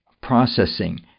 processing